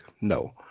No